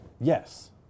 Yes